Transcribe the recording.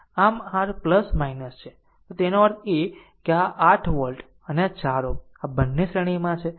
આમ આ r છે અને તેનો અર્થ એ છે કે આ વોલ્ટ 8 વોલ્ટ અને આ 4 Ω આ બે શ્રેણીમાં છે